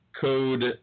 Code